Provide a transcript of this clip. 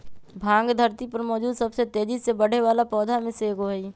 भांग धरती पर मौजूद सबसे तेजी से बढ़ेवाला पौधा में से एगो हई